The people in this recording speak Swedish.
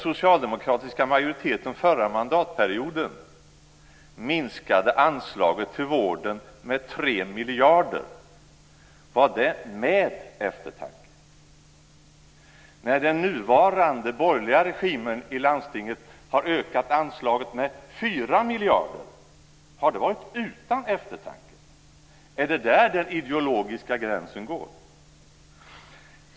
miljarder, var det med eftertanke? När den nuvarande borgerliga regimen i landstinget har ökat anslaget med 4 miljarder, har det varit utan eftertanke? Är det där den ideologiska gränsen går?